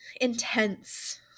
intense